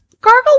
gargle